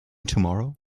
tomorrow